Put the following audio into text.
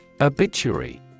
Obituary